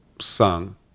sung